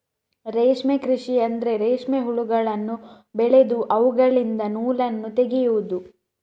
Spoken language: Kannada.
ರೇಷ್ಮೆ ಕೃಷಿ ಅಂದ್ರೆ ರೇಷ್ಮೆ ಹುಳಗಳನ್ನು ಬೆಳೆದು ಅವುಗಳಿಂದ ನೂಲನ್ನು ತೆಗೆಯುದು